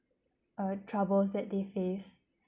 uh troubles that they face